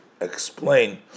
explain